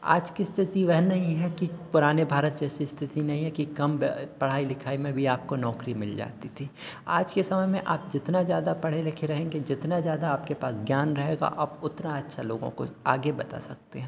आज की स्थिति वह नहीं है कि पुराने भारत जैसी स्थिति नहीं है की कम पढ़ाई लिखाई में भी आपको नौकरी मिल जाती थी आज के समय में आप जितना ज्यादा पढ़े लिखे रहेंगे जितना ज़्यादा आपके पास ज्ञान रहेगा आप उतना अच्छा लोगों को आगे बता सकते हैं